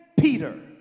Peter